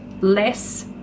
less